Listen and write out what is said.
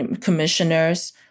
commissioners